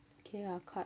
K I'll cut